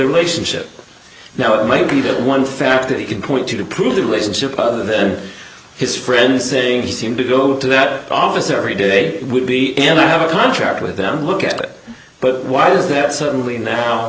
relationship now it might be the one fact that he can point to to prove the relationship other than his friend saying he seemed to go to that office every day would be and i have a contract with them look at it but why does it suddenly now